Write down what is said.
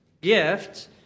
gift